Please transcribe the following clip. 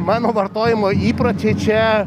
mano vartojimo įpročiai čia